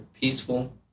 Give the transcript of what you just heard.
peaceful